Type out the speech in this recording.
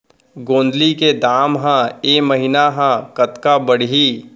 गोंदली के दाम ह ऐ महीना ह कतका बढ़ही?